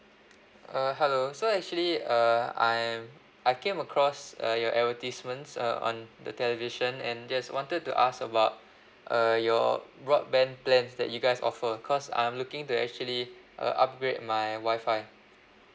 uh hello so actually uh I'm I came across uh your advertisements uh on the television and just wanted to ask about uh your broadband plans that you guys offer because I'm looking to actually uh upgrade my Wi-Fi